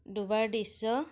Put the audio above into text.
ডুবাৰ দৃশ্য